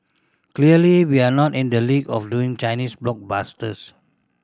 clearly we're not in the league of doing Chinese blockbusters